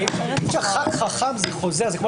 הישיבה ננעלה בשעה 14:05.